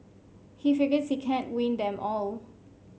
he figures he can't win them all